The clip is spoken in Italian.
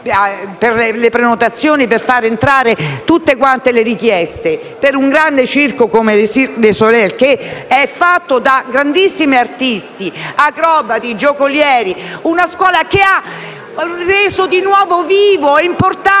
le prenotazioni per soddisfare tutte le richieste) un grande circo come le Cirque du soleil, che è fatto di grandissimi artisti: acrobati, giocolieri e una scuola che ha reso di nuovo viva e importante